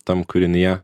tam kūrinyje